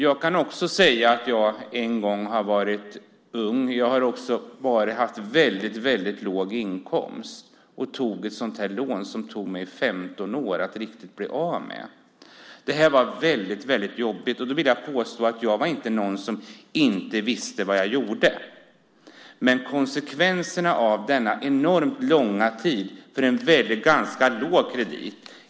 Jag har också en gång varit ung och haft en väldigt låg inkomst. Jag tog ett sådant här lån som tog mig 15 år att riktigt bli av med. Det var väldigt jobbigt. Jag vill inte påstå att jag inte visste vad jag gjorde, men konsekvenserna blev denna enormt långa tid för en ganska låg kredit.